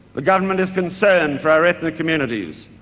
the government is concerned for our ethnic communities.